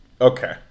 Okay